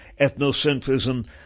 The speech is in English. ethnocentrism